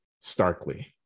starkly